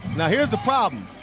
now here's the problem.